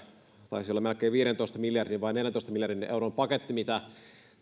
taisi olla melkein viidentoista miljardin vai neljäntoista miljardin euron paketti mitä